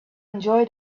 enjoy